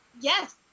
yes